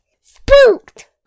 spooked